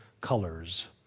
colors